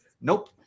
Nope